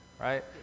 right